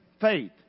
Faith